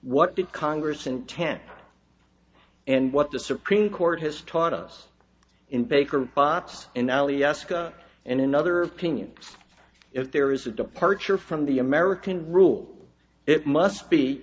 what the congress intent and what the supreme court has taught us in baker botts in alyeska and in other opinions if there is a departure from the american rule it must be